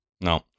no